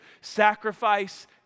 Sacrifice